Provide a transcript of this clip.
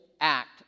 act